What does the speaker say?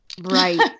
Right